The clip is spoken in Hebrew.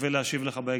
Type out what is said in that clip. מקווה להשיב לך בהקדם.